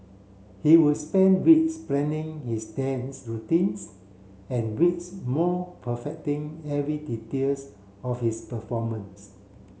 he would spend weeks planning his dance routines and weeks more perfecting every details of his performance